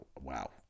Wow